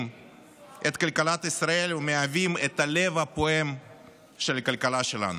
את כלכלת ישראל ומהווים את הלב הפועם של הכלכלה שלנו.